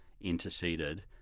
interceded